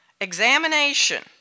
examination